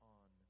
on